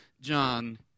John